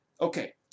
Okay